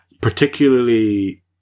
Particularly